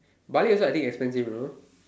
Bali I also I think expensive you know